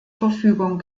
verfügung